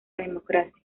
democracia